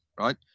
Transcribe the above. right